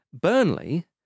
Burnley